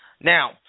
Now